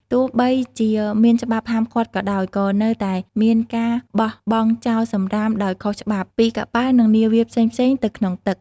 ទោះបីជាមានច្បាប់ហាមឃាត់ក៏ដោយ ក៏នៅតែមានការបោះបង់ចោលសំរាមដោយខុសច្បាប់ពីកប៉ាល់និងនាវាផ្សេងៗទៅក្នុងទឹក។